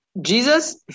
Jesus